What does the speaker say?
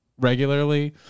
regularly